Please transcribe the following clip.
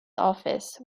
office